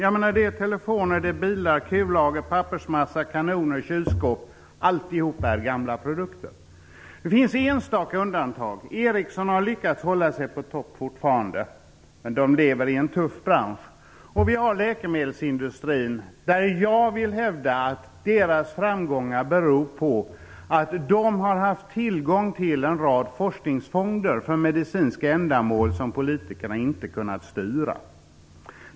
Det är telefoner, bilar, kullager, pappersmassa, kanoner, kylskåp - alltihop är gamla produkter. Det finns enstaka undantag. Ericsson har lyckats hålla sig på topp fortfarande. Men de lever i en tuff bransch. Och vi har läkemedelsindustrin. Jag vill hävda att deras framgångar beror på att de har haft tillgång till en rad forskningsfonder för medicinska ändamål, som politikerna inte kunnat styra.